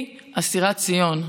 היא אסירת ציון,